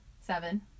Seven